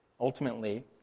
ultimately